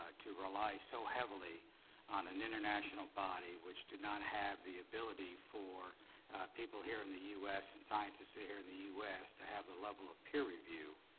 ah to rely so heavily on an international body which did not have the ability for people here in the u s. and scientists here in the u s. to have the level of peer review,